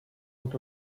lot